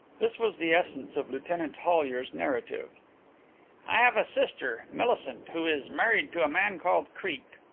this was the essence of lieutenant hollyer's narrative i have a sister, millicent, who is married to a man called creake.